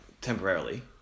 temporarily